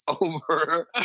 over